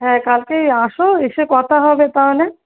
হ্যাঁ কালকেই আসো এসে কথা হবে তাহলে